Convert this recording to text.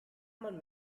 man